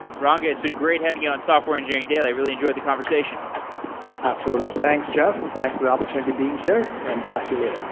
ranga it's been great having you on software engineering daily, i really enjoyed the conversation absolutely, thanks jeff, thanks for the opportunity of being here and talk